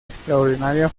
extraordinaria